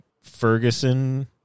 Ferguson